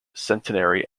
centenary